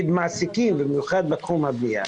מעסיקים, במיוחד בתחום הבנייה,